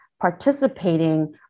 participating